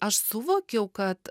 aš suvokiau kad